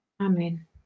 Amen